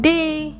Day